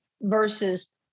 versus